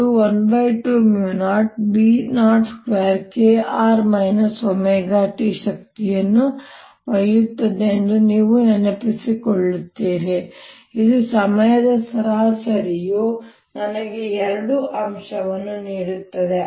r ωt ಶಕ್ತಿಯನ್ನು ಒಯ್ಯುತ್ತದೆ ಎಂದು ನೀವು ನೆನಪಿಸಿಕೊಳ್ಳುತ್ತೀರಿ ಇದು ಸಮಯದ ಸರಾಸರಿಯು ನನಗೆ ಎರಡು ಅಂಶವನ್ನು ನೀಡುತ್ತದೆ